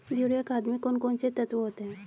Urea खाद में कौन कौन से तत्व होते हैं?